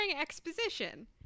exposition